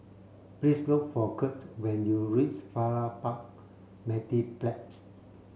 please look for Curt when you reach Farrer Park Mediplex